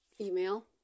email